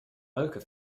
leuke